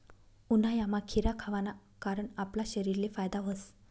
उन्हायामा खीरा खावाना कारण आपला शरीरले फायदा व्हस